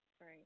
Right